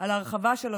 על ההרחבה של הזכויות,